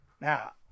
Now